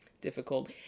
difficult